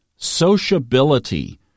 sociability